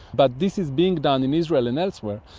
but this is being done in israel and elsewhere,